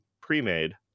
pre-made